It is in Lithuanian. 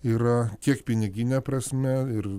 yra kiek pinigine prasme ir